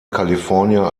california